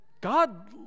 God